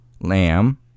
Lamb